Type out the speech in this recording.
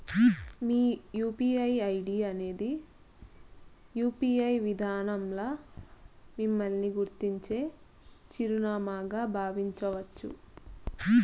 మీ UPI ID అనేది UPI విదానంల మిమ్మల్ని గుర్తించే చిరునామాగా బావించచ్చు